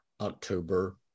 October